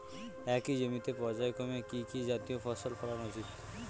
একই জমিতে পর্যায়ক্রমে কি কি জাতীয় ফসল ফলানো উচিৎ?